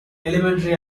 elementary